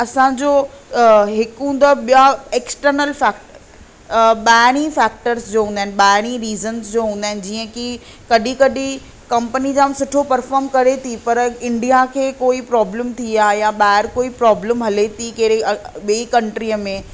असांजो हिकु हूंदो आहे ॿिया एक्सटर्नल फैक् ॿाहिरी फैक्टर्स जो हूंदा आहिनि ॿाहिरी रीज़ंस जो हूंदा आहिनि जीअं की कॾहिं कॾहिं कंपनी जाम सुठो परफॉर्म करे थी पर इंडिया खे कोई प्रॉब्लम थी आहे या ॿाहिरि कोई प्रॉब्लम हले थी कहिड़ी बि कंट्रीअ में